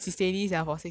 !wah! but next year I